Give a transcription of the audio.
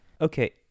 okay